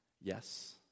yes